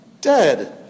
dead